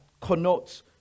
connotes